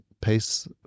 pace